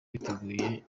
biteguye